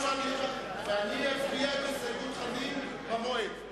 אני אצביע על הסתייגות חנין במועד.